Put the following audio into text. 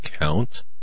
count